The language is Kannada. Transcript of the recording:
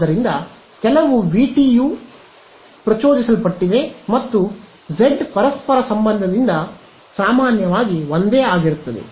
ಆದ್ದರಿಂದ ಕೆಲವು ವಿಟಿಯು ಪ್ರಚೋದಿಸಲ್ಪಟ್ಟಿದೆ ಮತ್ತು ಜೆಡ್ ಪರಸ್ಪರ ಸಂಬಂಧದಿಂದ ಸಾಮಾನ್ಯವಾಗಿ ಒಂದೇ ಆಗಿರುತ್ತದೆ